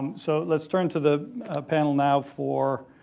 so lets turn to the panel now for